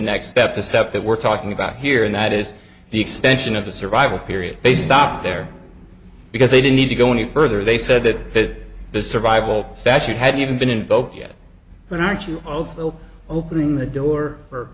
next step a step that we're talking about here and that is the extension of the survival period they stopped there because they didn't need to go any further they said that the survival statute hadn't even been invoked yet but aren't you also opening the door for